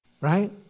Right